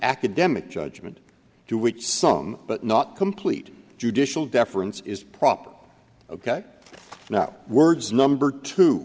academic judgment to which song but not complete judicial deference is proper ok now words number two